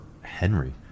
Henry